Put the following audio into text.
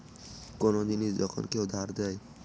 কোন জিনিস যখন কেউ ধার দেয়